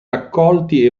raccolti